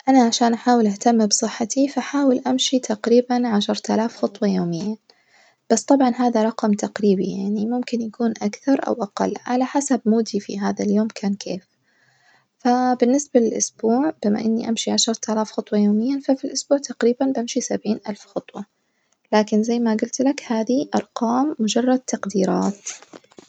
أنا عشان أحاول أهتم بصحتي فأحاول أمشي تقريبًا عشرتلاف خطوة يوميا بس طبعًا هذا رقم تقريبي يعني ممكن يكون أكثر أو أقل على حسب مودي في هذا اليوم كان كيف، فالبنسبة للأسبوع بم إني أمنشي عشرتلاف خطوة يوميًا ففالأسبوع تقريبًا بمشي سبعين ألف خطوة، زي ما قلتلك هذي أرقام مجرد تجديرات.